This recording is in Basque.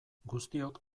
guztiok